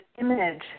image